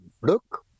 look